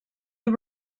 you